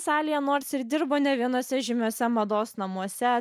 salėje nors ir dirbo ne vienuose žymiuose mados namuose